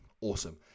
awesome